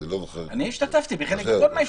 אני השתתפתי בחלק גדול מהישיבות.